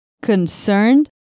concerned